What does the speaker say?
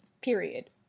Period